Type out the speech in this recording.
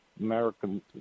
American